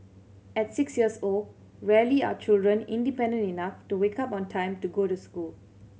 at six years old rarely are children independent enough to wake up on time to go to school